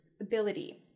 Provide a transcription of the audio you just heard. ability